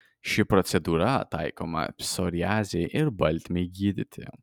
ši procedūra taikoma psoriazei ir baltmei gydyti